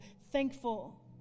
thankful